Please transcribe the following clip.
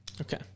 Okay